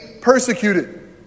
persecuted